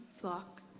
flock